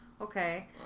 okay